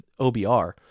obr